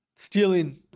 Stealing